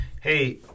hey